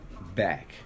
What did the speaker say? back